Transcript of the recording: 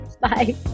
Bye